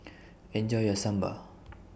Enjoy your Sambar